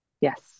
Yes